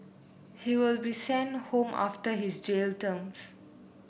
he will be sent home after his jail terms